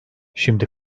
şimdi